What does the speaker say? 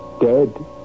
dead